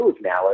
now